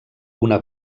una